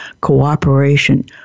cooperation